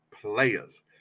players